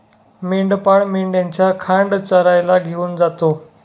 मेंढपाळ मेंढ्यांचा खांड चरायला घेऊन जातो